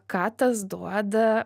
ką tas duoda